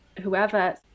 whoever